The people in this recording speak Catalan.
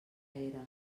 era